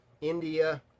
India